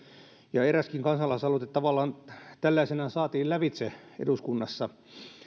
ja eräskin kansalaisaloite tavallaan tällaisenaan saatiin lävitse eduskunnassa